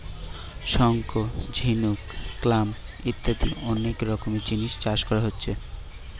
শঙ্খ, ঝিনুক, ক্ল্যাম ইত্যাদি অনেক রকমের জিনিস চাষ কোরা হচ্ছে